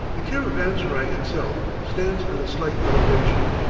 the caravanserai itself stands on a slight elevation,